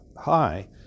high